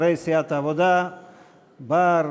בר,